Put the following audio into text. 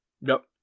Nope